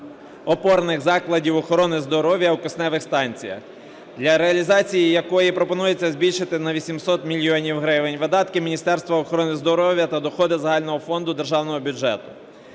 опорних закладів охорони здоров'я у кисневих станціях, для реалізації якої і пропонується збільшити на 800 мільйонів гривень видатки Міністерства охорони здоров'я та доходи загального фонду державного бюджету.